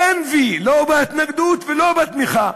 אין v, לא בהתנגדות ולא בתמיכה,